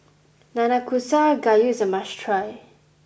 Nanakusa Gayu is a must try